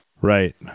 Right